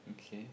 okay